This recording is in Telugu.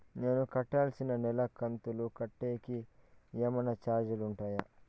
నేను కట్టాల్సిన నెల కంతులు కట్టేకి ఏమన్నా చార్జీలు ఉంటాయా?